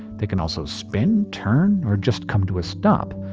they can also spin, turn, or just come to a stop.